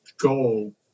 goal